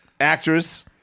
actress